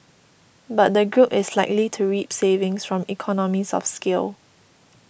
but the group is likely to reap savings from economies of scale